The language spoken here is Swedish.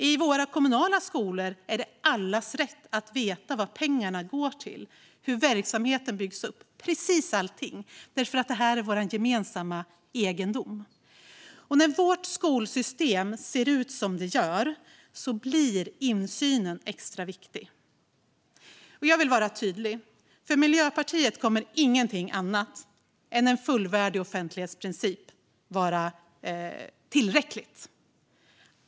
I de kommunala skolorna är det allas rätt att veta vad pengarna går till och hur verksamheten byggs upp - precis allting. Det är för att det handlar om vår gemensamma egendom. När skolsystemet ser ut som det gör blir insynen extra viktig. Jag vill vara tydlig med att för Miljöpartiet kommer ingenting annat än en fullvärdig offentlighetsprincip att vara tillräckligt.